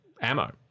ammo